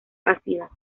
ácidas